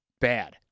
bad